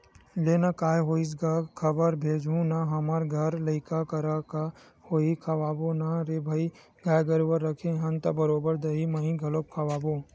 लेना काय होइस गा खबर भेजहूँ ना हमर घर लइका करा का होही खवाबो ना रे भई गाय गरुवा रखे हवन त बरोबर दहीं मही घलोक खवाबो